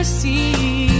See